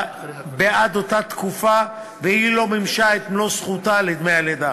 בעד אותה תקופה והיא לא מימשה את מלוא זכותה לדמי הלידה.